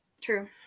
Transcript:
True